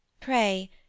Pray